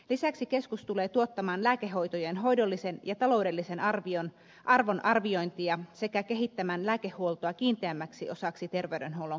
lisäksi keskus tulee tuottamaan lääkehoitojen hoidollisen ja taloudellisen arvon arviointia sekä kehittämään lääkehuoltoa kiinteämmäksi osaksi terveydenhuollon kokonaisuutta